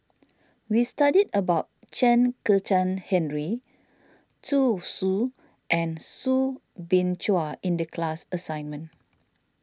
we studied about Chen Kezhan Henri Zhu Xu and Soo Bin Chua in the class assignment